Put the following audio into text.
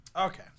Okay